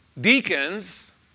Deacons